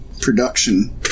production